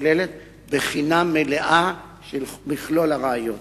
כוללת בחינה מלאה של מכלול הראיות.